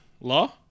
Law